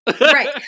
Right